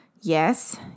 Yes